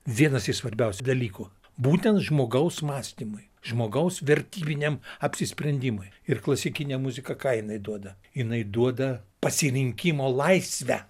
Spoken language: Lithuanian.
vienas iš svarbiausių dalykų būtent žmogaus mąstymui žmogaus vertybiniam apsisprendimui ir klasikinė muzika ką jinai duoda jinai duoda pasirinkimo laisvę